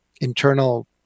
internal